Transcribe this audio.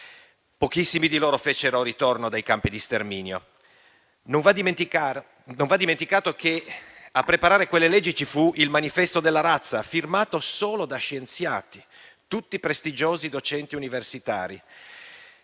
Pochissimi di loro fecero ritorno dai campi di sterminio. Non va dimenticato che a preparare quelle leggi ci fu il manifesto della razza, firmato solo da scienziati, tutti prestigiosi docenti universitari;